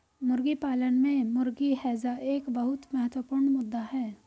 मुर्गी पालन में मुर्गी हैजा एक बहुत महत्वपूर्ण मुद्दा है